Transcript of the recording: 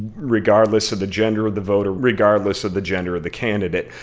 regardless of the gender of the voter, regardless of the gender of the candidate.